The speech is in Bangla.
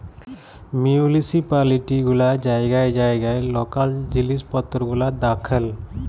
মিউলিসিপালিটি গুলা জাইগায় জাইগায় লকাল জিলিস পত্তর গুলা দ্যাখেল